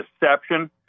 deception